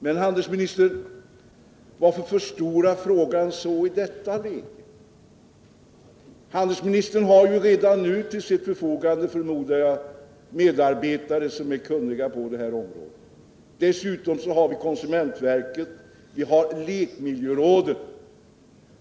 Men, handelsministern, varför förstora frågan så i detta läge? Jag förmodar att handelsministern redan nu till sitt förfogande har medarbetare som är kunniga på området. Dessutom har vi konsumentverket och lekmiljörådet.